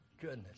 goodness